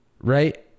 Right